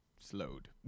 slowed